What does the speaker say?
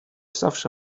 zawsze